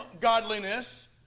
godliness